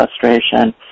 frustration